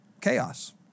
chaos